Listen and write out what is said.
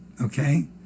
okay